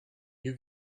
you